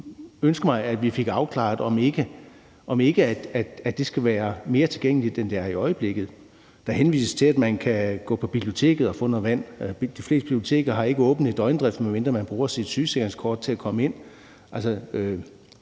udvalgsbehandlingen fik afklaret, om ikke det skal være mere tilgængeligt, end det er i øjeblikket. Der henvises til, at man kan gå på biblioteket og få noget vand. De fleste biblioteker har ikke åbent i døgndrift, medmindre man bruger sit sygesikringskort til at komme ind.